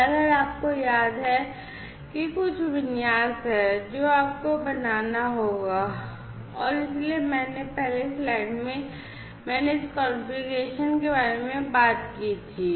अगर आपको याद है कि कुछ विन्यास है जो आपको बनाना होगा और इसलिए मैंने पहले स्लाइड में मैंने इस कॉन्फ़िगरेशन के बारे में बात की थी